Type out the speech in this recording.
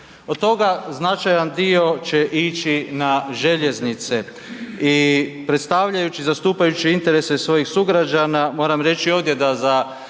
od toga značajan dio će ići na željeznice. I predstavljajući zastupajući interese svojih sugrađana moram reći ovdje da za